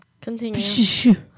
Continue